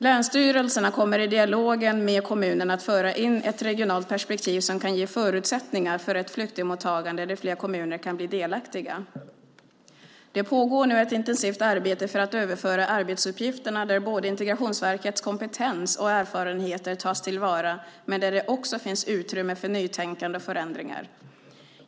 Länsstyrelserna kommer i dialogen med kommunerna att föra in ett regionalt perspektiv som kan ge förutsättningar för ett flyktingmottagande där fler kommuner kan bli delaktiga. Det pågår nu ett intensivt arbete för att överföra arbetsuppgifterna där både Integrationsverkets kompetens och erfarenheter tas till vara men där det också finns utrymme för nytänkande och förändringar.